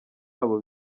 abo